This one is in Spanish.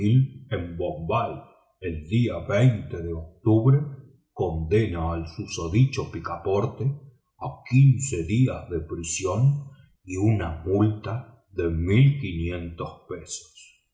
en bombay el día de octubre condena al susodicho picaporte a quince días de prisión y una multa de